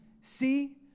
See